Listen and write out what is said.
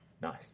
Nice